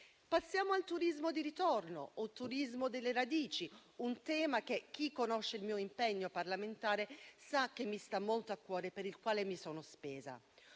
Passiamo al turismo di ritorno o turismo delle radici, un tema che chi conosce il mio impegno parlamentare sa che mi sta molto a cuore e per il quale mi sono spesa.